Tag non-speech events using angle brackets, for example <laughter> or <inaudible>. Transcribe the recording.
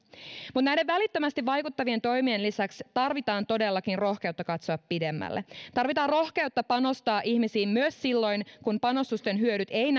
mutta näiden välittömästi vaikuttavien toimien lisäksi tarvitaan todellakin rohkeutta katsoa pidemmälle tarvitaan rohkeutta panostaa ihmisiin myös silloin kun panostusten hyödyt eivät <unintelligible>